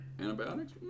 Antibiotics